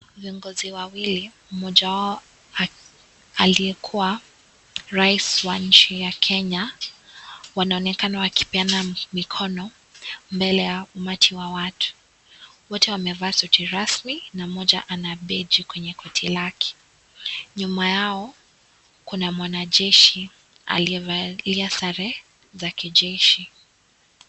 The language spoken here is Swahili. Viongozi wawili, mmoja wao aliyekuwa Rais wa nchi ya Kenya , wanaonekana wakipeana mikono mbele ya umati wa watu , wote wamevaa suti rasmi na mmoja ana beji kwenye koti lake, nyuma yao kuna mwanajeshi aliyevalia sare za kijeshi.